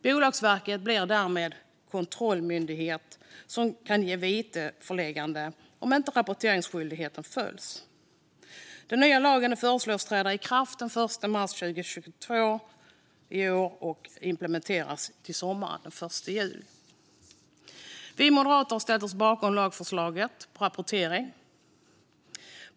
Bolagsverket blir kontrollmyndighet som kan besluta om vitesföreläggande om inte rapporteringsskyldigheten följs. Den nya lagen föreslås träda i kraft den 1 mars 2022 och börja implementeras till sommaren, den 1 juli. Vi moderater har ställt oss bakom lagförslaget om rapportering.